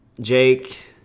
Jake